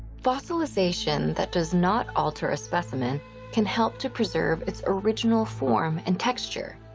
fossilization that does not alter a specimen can help to preserve its original form and texture.